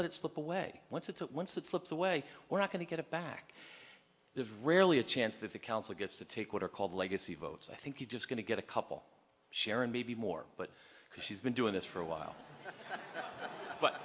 let it slip away once it's at once it slips away we're not going to get it back it's rarely a chance that the council gets to take what are called legacy votes i think you just going to get a couple share and maybe more but because she's been doing this for a while but